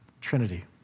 Trinity